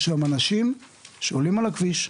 יש אנשים שעולים על הכביש,